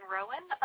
Rowan